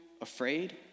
afraid